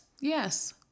Yes